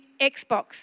Xbox